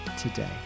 today